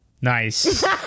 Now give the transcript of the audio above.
Nice